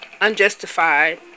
unjustified